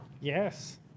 Yes